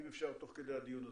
אם אפשר תוך כדי הדיון הזה.